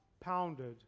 pounded